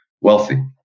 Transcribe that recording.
wealthy